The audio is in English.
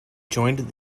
joined